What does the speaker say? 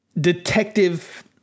detective